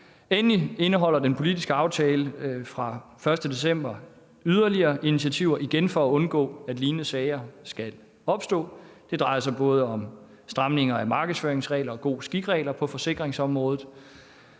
Endelig indeholder den politiske aftale fra den 1. december yderligere initiativer, igen for at undgå, at lignende sager skal opstå. Det drejer sig både om stramninger af markedsføringsregler og god skik-regler på forsikringsområdet.